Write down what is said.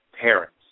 parents